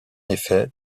effet